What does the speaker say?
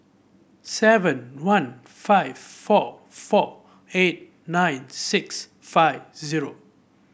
seven one five four four eight nine six five zero